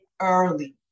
early